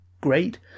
great